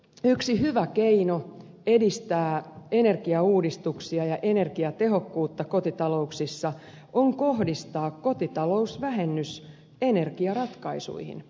yksi hyvä keino edistää energiauudistuksia ja energiatehokkuutta kotitalouksissa on kohdistaa kotitalousvähennys energiaratkaisuihin